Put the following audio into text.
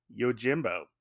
yojimbo